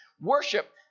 worship